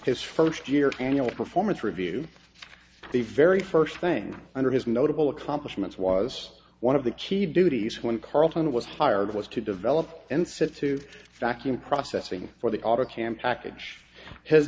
his first year annual performance review the very first thing under his notable accomplishments was one of the keep duties when carlton was hired was to develop and said to vacuum processing for the auto camp package his